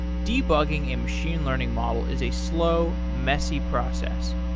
debugging a machine learning model is a slow, messy process.